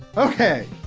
ok,